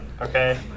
okay